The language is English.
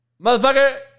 motherfucker